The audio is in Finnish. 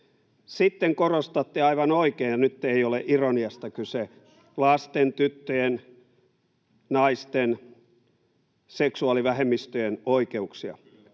Sitten korostatte aivan oikein — ja nyt ei ole ironiasta kyse — lasten, tyttöjen, naisten ja seksuaalivähemmistöjen oikeuksia.